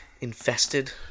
infested